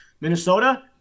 Minnesota